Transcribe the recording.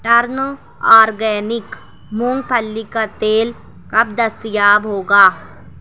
ٹرنو organic مونگ پھلی کا تیل کب دستیاب ہوگا